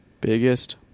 Biggest